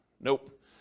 nope